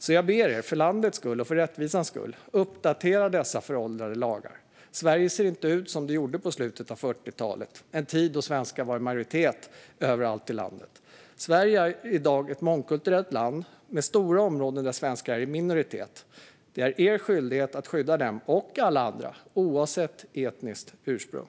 Så jag ber er, för landets skull och för rättvisans skull: Uppdatera dessa föråldrade lagar! Sverige ser inte ut som det gjorde i slutet av 40-talet, en tid då svenskar var i majoritet överallt i landet. Sverige är i dag ett mångkulturellt land med stora områden där svenskar är i minoritet. Det är er skyldighet att skydda dem och alla andra, oavsett etniskt ursprung.